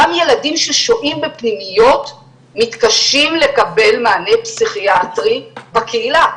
גם ילדים ששוהים בפנימיות מתקשים לקבל מענה פסיכיאטרי בקהילה,